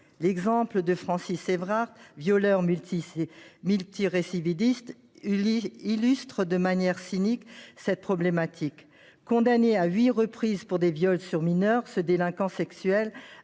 L’exemple de Francis Évrard, violeur multirécidiviste, illustre de manière cynique les enjeux liés à cette faculté : condamné à huit reprises pour des viols sur mineur, ce délinquant sexuel